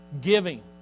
Giving